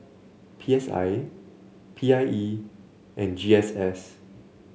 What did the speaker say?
P S I P I E and G S S